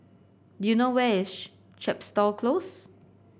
do you know where is Chepstow Close